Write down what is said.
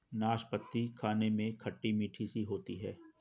नाशपती खाने में खट्टी मिट्ठी सी होती है